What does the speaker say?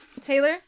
Taylor